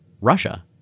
russia